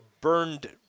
burned